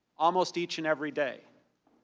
almost each and every day.